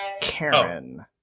Karen